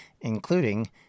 including